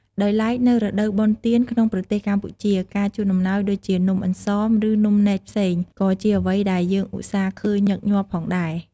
ដោយឡែក នៅរដូវបុណ្យទានក្នុងប្រទេសកម្ពុជា ការជូនអំណោយដូចជា នំអង្សម ឬ នំនែកផ្សេង ក៏ជាអ្វីដែលយើងឧស្សាហ៍ឃើញញឹកញាប់ផងដែរ។